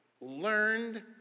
learned